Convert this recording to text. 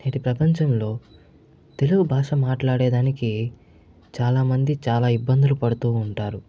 నేటి ప్రపంచంలో తెలుగు భాష మాట్లాడేదానికి చాలామంది చాలా ఇబ్బందులు పడుతూ ఉంటారు